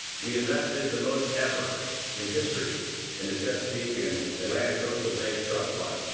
we invested the most ever in history in the chesapeake and atlanta coastal bays trust fund,